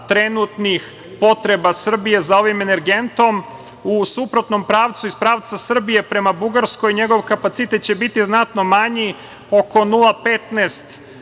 trenutnih potreba Srbije za ovim energentom.U suprotnom pravcu iz pravca Srbije prema Bugarskoj njegov kapacitet će biti znatno manji, oko 0,15